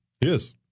Yes